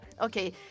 Okay